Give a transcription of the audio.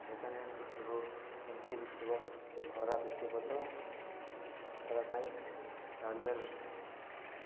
second ହ୍ୟାଣ୍ଡରେ ଥିବ କେମିତି ବି ଥିବ ଟିକେ ଖରାପ ଥିବ ତ ତାରା ପାଇଁ ଚାର୍ଜର